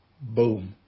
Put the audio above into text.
Boom